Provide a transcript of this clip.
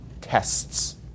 tests